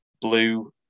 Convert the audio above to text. blue